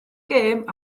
gêm